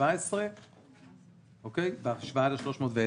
317 בהשוואה ל-310.